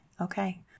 Okay